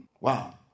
Wow